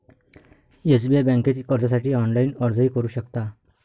SBI बँकेत कर्जासाठी online अर्जही करू शकता